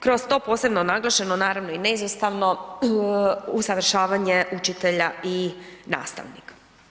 Kroz to posebno naglašeno, naravno i neizostavno usavršavanje učitelja i nastavnika.